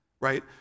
Right